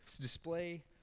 display